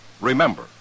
Remember